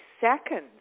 seconds